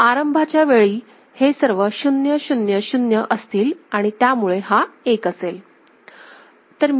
आरंभाच्या वेळी हे सर्व 0 0 0 असतील आणि त्यामुळे हा एक असेल